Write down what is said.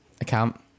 account